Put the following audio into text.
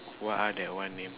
what ah that one name